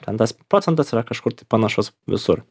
ten tas procentas yra kažkur tai panašus visur